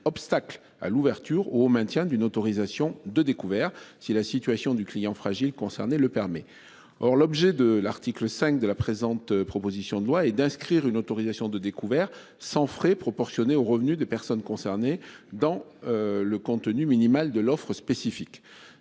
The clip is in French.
obstacle à l'ouverture au maintien d'une autorisation de découvert. Si la situation du client fragile concernés le permet. Or l'objet de l'article 5 de la présente, proposition de loi et d'inscrire une autorisation de découvert sans frais proportionné aux revenus des personnes concernées dans le contenu minimal de l'offre spécifique,